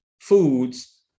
foods